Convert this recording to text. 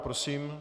Prosím.